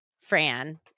Fran